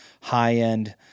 high-end